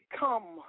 come